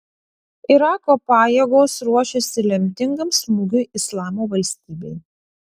irako pajėgos ruošiasi lemtingam smūgiui islamo valstybei